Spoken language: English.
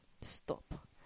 stop